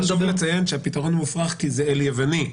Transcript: חשוב לציין שהפתרון מופרך כי זה אל יווני.